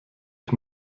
ich